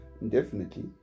indefinitely